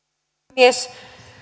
puhemies